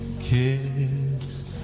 Kiss